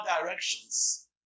directions